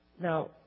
Now